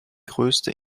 größte